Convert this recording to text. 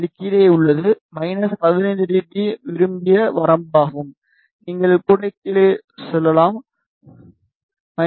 இது கீழே உள்ளது 15 டி பி விரும்பிய வரம்பு ஆகும் நீங்கள் கூட கீழே சொல்லலாம் 20 டி